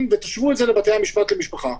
ושישוו את זה לבתי-הדין לענייני משפחה.